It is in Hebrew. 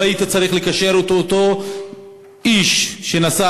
לא היית צריך לקשר את אותו איש שנסע